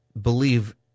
Believe